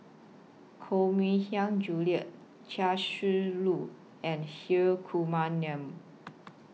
Koh Mui Hiang Julie Chia Shi Lu and Hri Kumar Nair